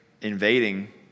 invading